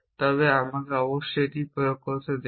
তবে আমাকে অবশ্যই এটি প্রয়োগ করতে হবে